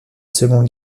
seconde